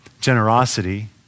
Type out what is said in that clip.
generosity